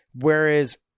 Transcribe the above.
Whereas